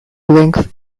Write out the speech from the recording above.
length